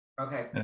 Okay